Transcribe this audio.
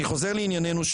אני חזור לענייננו,